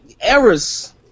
errors